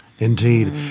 Indeed